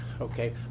Okay